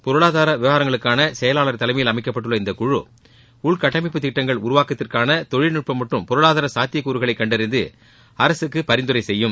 பொருளாதார விவரங்களுக்கான செயலாளர் தலைமையில் அமைக்கப்பட்டுள்ள இக்குழு உள்கட்டமைப்பு திட்டங்கள் உருவாக்கத்திற்கான தொழில்நுட்பம் மற்றும் பொருளாதார சாத்தியக்கூறுகளை கண்டறிந்து அரசுக்கு பரிந்துரை செய்யும்